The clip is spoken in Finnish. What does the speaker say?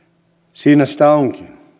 siinä sitä